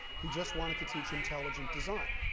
he just wanted to teach intelligent design.